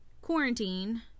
quarantine